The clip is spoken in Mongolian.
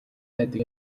байдаг